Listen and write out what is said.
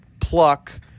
pluck